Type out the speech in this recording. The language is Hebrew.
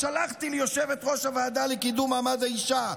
ואף שלחתי ליושבת-ראש הוועדה לקידום מעמד האישה,